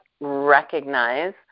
recognize